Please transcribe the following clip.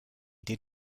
did